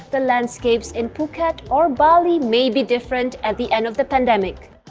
the landscapes in phuket or bali may be different at the end of the pandemic.